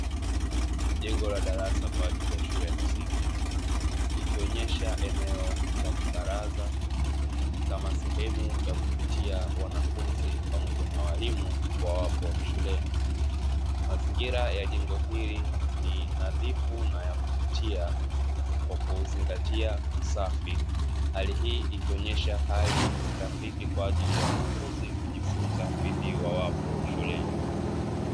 Jengo la darasa kwa ajili ya shule ya msingi, likionyesha eneo la kibaraza, kama sehemu ya kupitia wanafunzi pamoja na walimu wawapo shuleni. Mazingira ya jengo hili ni nadhifu na ya kuvutia kwa kuzingatia usafi. Hali hii ikionyesha hali rafiki kwa ajili ya wanafunzi kujifunza pindi wawapo shuleni.